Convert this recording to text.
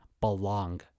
belong